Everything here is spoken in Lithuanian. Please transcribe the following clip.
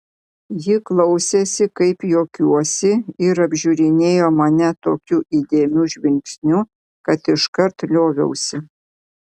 ji klausėsi kaip juokiuosi ir apžiūrinėjo mane tokiu įdėmiu žvilgsniu kad iškart lioviausi